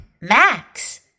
Max